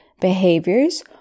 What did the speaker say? behaviors